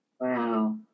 Wow